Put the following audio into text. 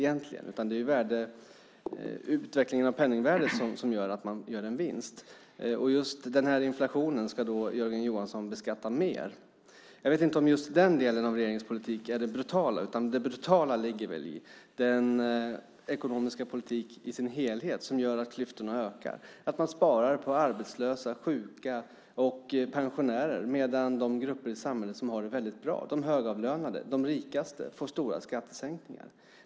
I stället innebär utvecklingen av penningvärdet att de får en vinst. Den inflationen ska Jörgen Johansson beskatta ytterligare. Jag vet inte om just den delen av regeringens politik är det brutala. Det brutala ligger i den ekonomiska politiken i dess helhet. Den innebär att klyftorna ökar genom att man sparar på arbetslösa, sjuka och pensionärer medan de grupper i samhället som har det bra ställt - de högavlönade, de rikaste - får stora skattesänkningar.